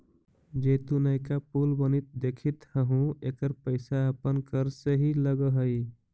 जे तु नयका पुल बनित देखित हहूँ एकर पईसा अपन कर से ही लग हई